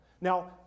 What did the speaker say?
Now